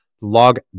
log